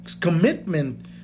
Commitment